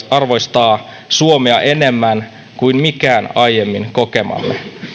eriarvoistaa suomea enemmän kuin mikään aiemmin kokemamme